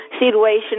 situation